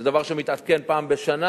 זה דבר שמתעדכן פעם בשנה,